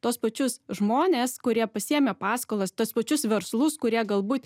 tuos pačius žmones kurie pasiėmę paskolas tuos pačius verslus kurie galbūt